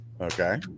Okay